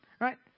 Right